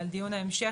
דיון ההמשך,